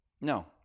No